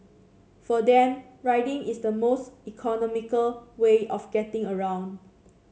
for them riding is the most economical way of getting around